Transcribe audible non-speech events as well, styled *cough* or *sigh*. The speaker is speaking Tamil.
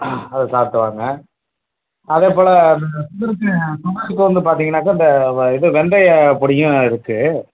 ஆ அதை சாப்பிட்டு வாங்க அதேப் போல் *unintelligible* பார்த்தீங்கன்னாக்க இந்த இது வெந்தயப் பொடியும் இருக்குது